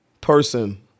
person